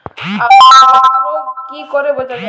আলুর এক্সরোগ কি করে বোঝা যায়?